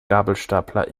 gabelstapler